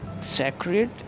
sacred